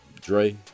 dre